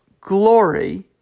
glory